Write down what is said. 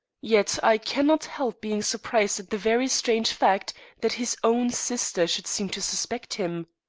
yet i cannot help being surprised at the very strange fact that his own sister should seem to suspect him!